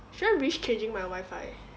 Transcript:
should I risk changing my wifi